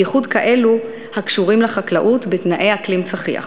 בייחוד באלו הקשורים לחקלאות בתנאי אקלים צחיח.